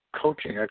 coaching